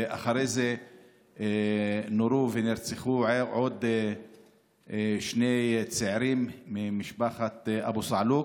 ואחרי זה נורו ונרצחו עוד שני צעירים ממשפחת אבו זעלוק.